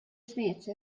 smith